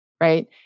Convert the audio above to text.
right